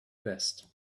best